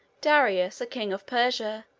darius, a king of persia,